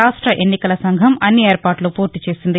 రాష్ట ఎన్నికల సంఘం అన్ని ఏర్పాట్లు పూర్తి చేసింది